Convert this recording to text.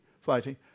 fighting